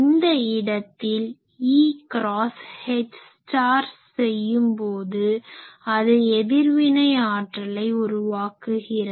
இந்த இடத்தில் E cross H செய்யும்போது அது எதிர்வினை ஆற்றலை உருவாக்குகிறது